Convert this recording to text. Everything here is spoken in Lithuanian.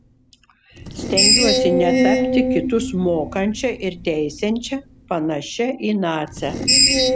stengiuosi netapti kitus mokančia ir teisiančia panašia į nacę